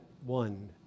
One